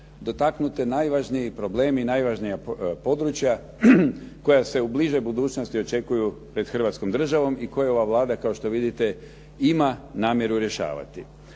dotaknuti najvažniji problemi i najvažnija područja koja se u bližoj budućnosti očekuju pred Hrvatskom državom i koju ova Vlada kao što vidite ima namjeru rješavati.